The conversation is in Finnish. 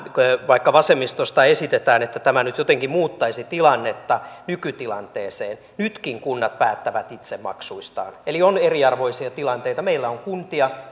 vaikka vasemmistosta esitetään että tämä nyt jotenkin muuttaisi tilannetta nykytilanteeseen nytkin kunnat päättävät itse maksuista eli on eriarvoisia tilanteita meillä on kuntia